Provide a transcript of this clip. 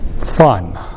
fun